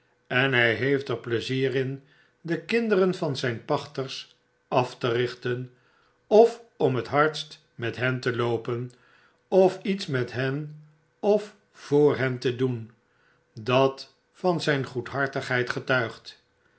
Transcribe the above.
en hy heeft erpleizierin de kinderen van zyn pachters af te richten of om het hardst met hen te loopen of iets met hen of voor hen te doen dat van zyn goedhartigheid getuigt